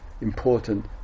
important